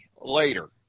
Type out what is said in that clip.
later